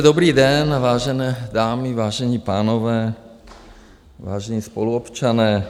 Dobrý den, vážené dámy, vážení pánové, vážení spoluobčané.